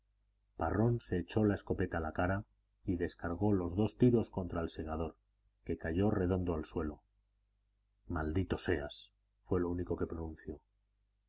parrón se echó la escopeta a la cara y descargó los dos tiros contra el segador que cayó redondo al suelo maldito seas fue lo único que pronunció